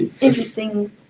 Interesting